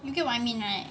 you get what I mean right